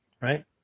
right